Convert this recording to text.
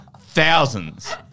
thousands